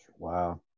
Wow